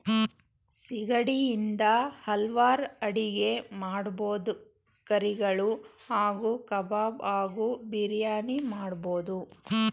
ಸಿಗಡಿ ಇಂದ ಹಲ್ವಾರ್ ಅಡಿಗೆ ಮಾಡ್ಬೋದು ಕರಿಗಳು ಹಾಗೂ ಕಬಾಬ್ ಹಾಗೂ ಬಿರಿಯಾನಿ ಮಾಡ್ಬೋದು